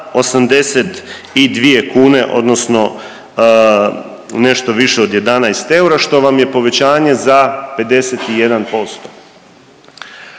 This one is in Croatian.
82 kune odnosno nešto više od 11 eura što vam je povećanje za 51%.